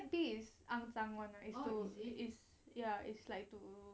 hep B is 肮脏 [one] right is it ya it's like to